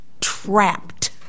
trapped